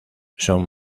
son